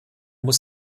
muss